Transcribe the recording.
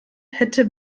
hätte